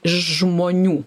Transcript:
iš žmonių